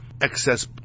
excess